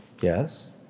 Yes